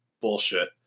bullshit